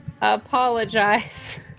Apologize